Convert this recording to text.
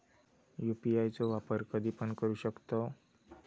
UPI चो वापर कधीपण करू शकतव?